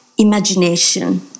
imagination